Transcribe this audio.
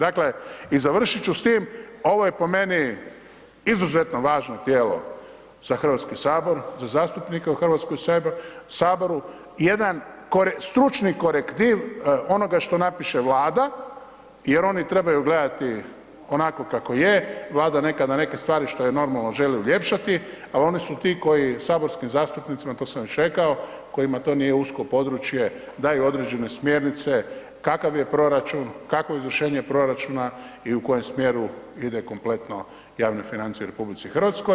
Dakle, i završit ću s tim, ovo je po meni izuzetno važno tijelo za HS, za zastupnike u HS i jedan stručni korektiv onoga što napiše Vlada jer oni trebaju gledati onako kako je, Vlada nekada neke stvari što je normalno želi uljepšati, al oni su ti koji saborskim zastupnicima, to sam već rekao kojima to nije usko područje, daju određene smjernice kakav je proračun, kakvo je izvršenje proračuna i u kojem smjeru ide kompletno javne financije u RH.